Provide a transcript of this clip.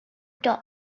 dost